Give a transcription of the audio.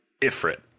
Ifrit